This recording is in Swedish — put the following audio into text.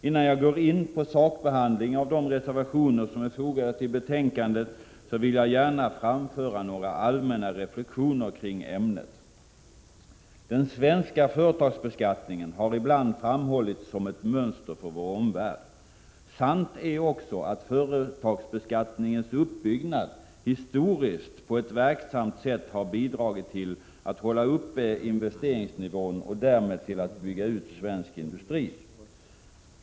Innan jag går in på sakbehandling av de reservationer som är fogade vid betänkandet, vill jag gärna framföra några allmänna reflexioner kring ämnet. Den svenska företagsbeskattningen har ibland framhållits som ett mönster för vår omvärld. Sant är också att företagsbeskattningens uppbyggnad historiskt på ett verksamt sätt har bidragit till att hålla uppe investeringsnivån och därmed till att bygga ut svensk industri.